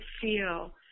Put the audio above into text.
feel